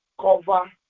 cover